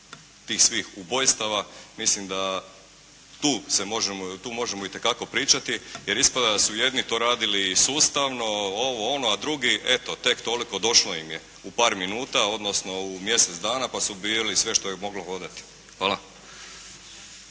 tih svih ubojstava. Mislim da tu se možemo, tu možemo itekako pričati jer ispada da su jedni to radili sustavno, ovo, ono, a drugi eto tek toliko došlo im je u par minuta odnosno u mjesec dana pa su ubijali sve što je moglo hodati. Hvala.